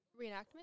Reenactment